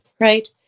right